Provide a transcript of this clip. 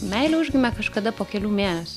meilė užgimė kažkada po kelių mėnesių